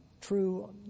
true